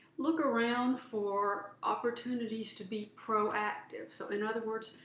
look around for opportunities to be proactive so, in other words,